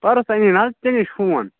پَرُس اَنے نہ حظ ژےٚ نِش فون